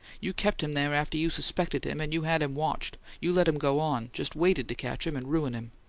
you kept him there after you suspected him and you had him watched you let him go on just waited to catch him and ruin him!